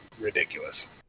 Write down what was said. ridiculous